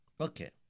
Okay